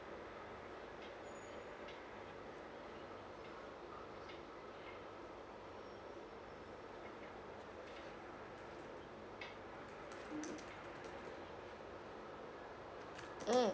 mm